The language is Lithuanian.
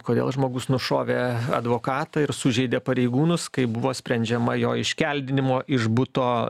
kodėl žmogus nušovė advokatą ir sužeidė pareigūnus kaip buvo sprendžiama jo iškeldinimo iš buto